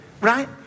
Right